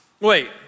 Wait